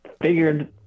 figured